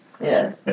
Yes